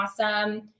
awesome